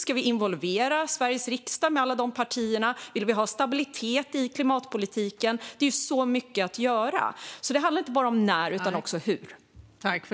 Ska Sveriges riksdags alla partier involveras? Vill vi ha stabilitet i klimatpolitiken? Det är så mycket att göra, och det handlar inte bara om när utan också om hur.